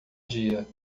dia